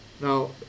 Now